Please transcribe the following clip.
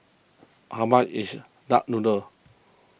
how much is Duck Noodle